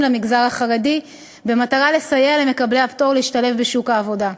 למגזר החרדי במטרה לסייע למקבלי הפטור להשתלב בשוק העבודה.